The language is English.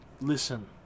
listen